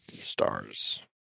stars